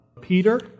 Peter